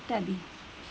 ইত্যাদি